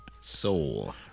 Soul